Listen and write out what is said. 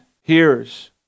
hears